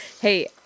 Hey